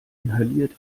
inhaliert